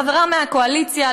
חברי מהקואליציה,